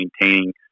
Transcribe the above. maintaining